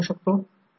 तर N2 I2 I2 N1